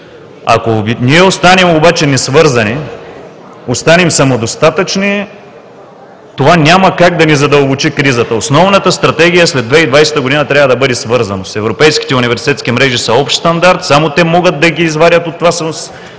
Ако ние останем несвързани, останем самодостатъчни, това няма как да не задълбочи кризата. Основната стратегия след 2020 г. трябва да бъде свързаност. Европейските университетски мрежи са общ стандарт. Само те могат да ги извадят от това състояние